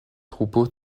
troupeaux